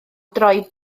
droi